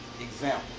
example